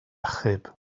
achub